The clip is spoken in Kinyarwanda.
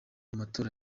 matora